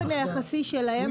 האחוז היחסי שלהם